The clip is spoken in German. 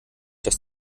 dass